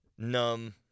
Numb